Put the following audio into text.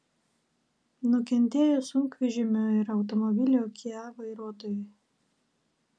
nukentėjo sunkvežimio ir automobilio kia vairuotojai